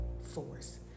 force